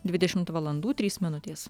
dvidešimt valandų trys minutės